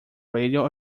radio